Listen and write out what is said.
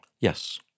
Yes